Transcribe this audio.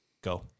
Go